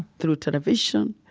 through television,